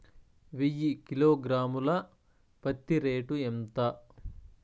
వెయ్యి కిలోగ్రాము ల పత్తి రేటు ఎంత?